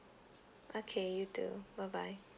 okay you too bye bye